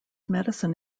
medicine